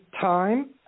time